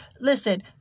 Listen